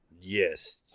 Yes